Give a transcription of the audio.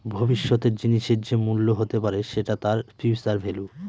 ভবিষ্যতের জিনিসের যে মূল্য হতে পারে সেটা তার ফিউচার ভেল্যু